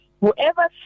whoever